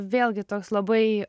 vėlgi toks labai